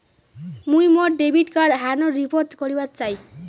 মুই মোর debit card হারানোর রিপোর্ট করিবার চাই